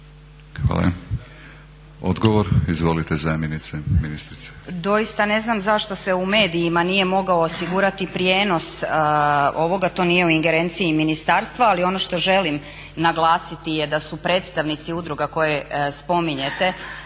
Hvala. Odgovor, izvolite zamjenice ministrice.